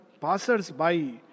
passers-by